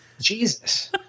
jesus